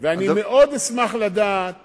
ואני מאוד אשמח לדעת